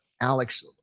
Alex